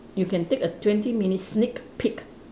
you can take a twenty minute sneak peek